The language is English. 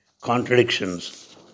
contradictions